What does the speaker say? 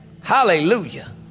Hallelujah